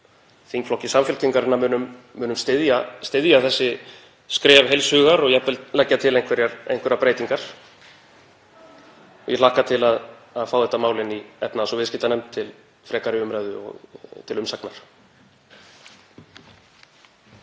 þingflokki Samfylkingarinnar munum styðja þessi skref heils hugar og jafnvel leggja til einhverjar breytingar. Ég hlakka til að fá þetta mál inn í efnahags- og viðskiptanefnd til frekari umræðu og til umsagnar.